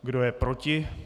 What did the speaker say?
Kdo je proti?